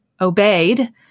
obeyed